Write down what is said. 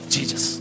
Jesus